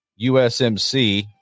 USMC